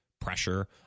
pressure